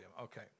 okay